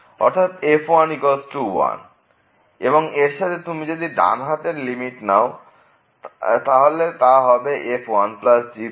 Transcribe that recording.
অর্থাৎ f 1 এবং এর সাথে তুমি যদি ডান হাতের লিমিট নাও তাহলে তা হবে f10